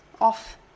off